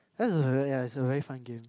that's a very yeah it's a very fun game